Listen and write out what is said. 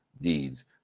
deeds